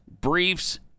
briefs